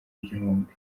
igihumbi